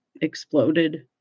exploded